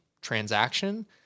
transaction